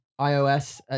IOS